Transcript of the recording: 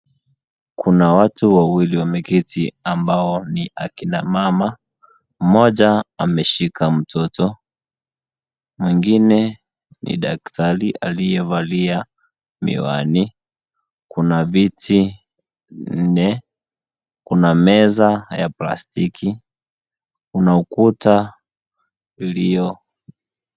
Kuna watu wawili wameketi, ambao ni akina mama. Mmoja ameshika mtoto, mwingine ni daktari aliyevalia miwani. Kuna viti nne, kuna meza ya plastiki, kuna ukuta iliyo,